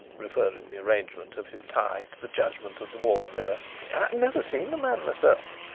referring the arrangement of his tie to the judgment of the wall mirror. i have never seen the man myself.